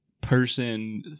person